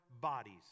bodies